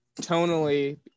Tonally